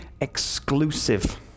exclusive